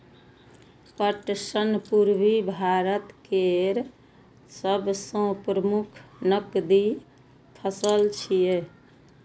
पटसन पूर्वी भारत केर सबसं प्रमुख नकदी फसल छियै